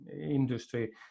industry